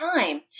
time